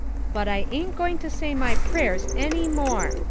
but i ain't going to say my prayers any more.